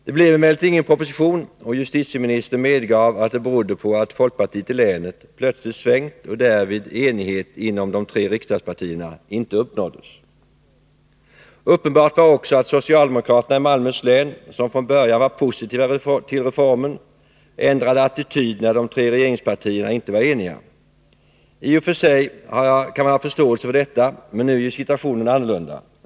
Det blev emellertid ingen proposition, och justitieministern medgav att det berodde på att folkpartiet i länet plötsligt svängt och därvid enighet inom de tre regeringspartierna inte uppnåddes. Uppenbart var också att socialdemokraterna i Malmöhus län, som från början var positiva till reformen, ändrade attityd när de tre regeringspartierna inte var eniga. I och för sig kan man ha förståelse för detta, men nu är ju situationen annorlunda.